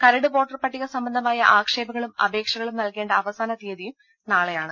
കരട് വോട്ടർ പട്ടിക സംബന്ധമായ ആക്ഷേപങ്ങളും അപേക്ഷകളും നൽകേണ്ട അവസാന തീയതിയും നാളെയാണ്